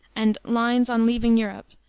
and lines on leaving europe,